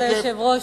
כבוד היושב-ראש,